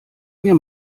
mir